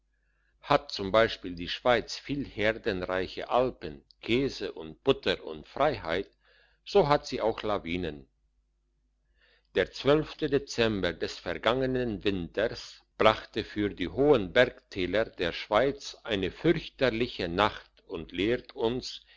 hat z b die schweiz viel herdenreiche alpen käse und butter und freiheit so hat sie auch lawinen der zwölfte dezember des vergangenen winters brachte für die hohen bergtäler der schweiz eine fürchterliche nacht und lehrt uns